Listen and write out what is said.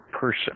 person